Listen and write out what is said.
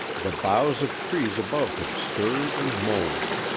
the boughs of trees above him stirred and moaned.